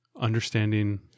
understanding